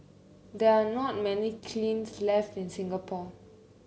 there are not many kilns left in Singapore